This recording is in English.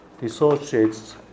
dissociates